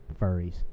furries